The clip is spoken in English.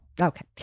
Okay